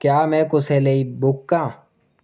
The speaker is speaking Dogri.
क्या में कुसै लेई बुक आं